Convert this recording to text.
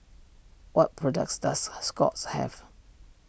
what products does Scott's have